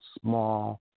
small